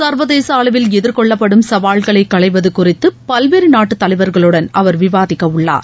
ஏ்வதேச அளவில் எதிர்கொள்ளப்படும் சவால்களை களைவது குறித்து பல்வேறு நாட்டு தலைவர்களுடன் அவர் விவாதிக்க உள்ளார்